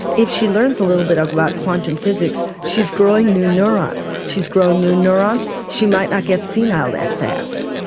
if she learns a little bit about quantum physics she's growing new neurons, she's growing new neurons, she might not get senile that fast.